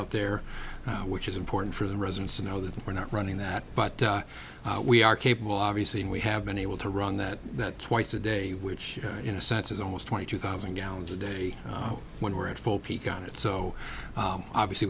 out there which is important for the residents to know that we're not running that but we are capable obviously and we have been able to run that that twice a day which in a sense is almost twenty two thousand gallons a day when we're at full peak on it so obviously